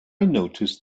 noticed